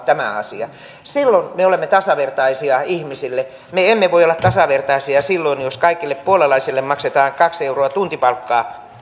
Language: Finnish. tämä asia silloin me olemme tasavertaisia ihmisille me emme voi olla tasavertaisia silloin jos kaikille puolalaisille maksetaan kaksi euroa tuntipalkkaa